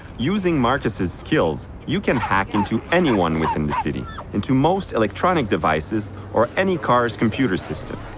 using marcus's skills, you can hack into anyone within the city and to most electronic devices or any car's computer system.